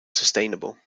sustainable